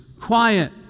Quiet